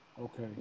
Okay